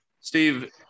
Steve